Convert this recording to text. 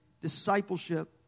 discipleship